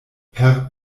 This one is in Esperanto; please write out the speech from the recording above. per